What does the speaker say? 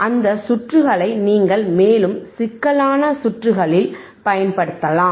அந்த சுற்றுகளை நீங்கள் மேலும் சிக்கலான சுற்றுகளில் பயன்படுத்தலாம்